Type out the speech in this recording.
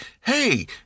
hey